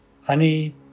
honey